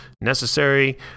necessary